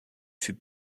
fut